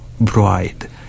bride